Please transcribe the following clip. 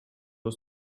aus